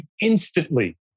instantly